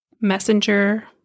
Messenger